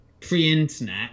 Pre-internet